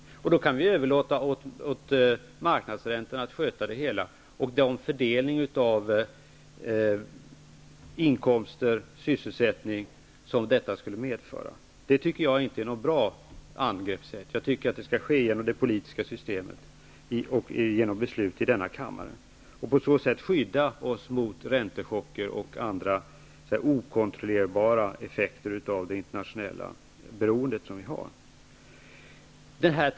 Då skulle vi kunna överlåta det hela att styras av marknadsräntorna, med den fördelning av inkomster och sysselsättning som detta skulle medföra. Det är inte något bra angreppssätt. Jag tycker att det skall ske genom det politiska systemet, nämligen genom beslut i denna kammare. På så sätt kan vi skydda oss från räntechocker och andra på grund av vårt internationella beroende okontrollerbara effekter.